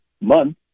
month